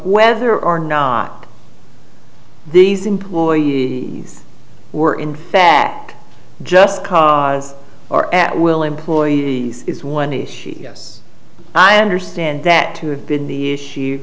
whether or not these employees were in that just cause or at will employee is one issue yes i understand that to have been the issue